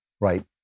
right